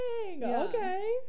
Okay